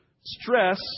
stress